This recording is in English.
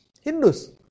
Hindus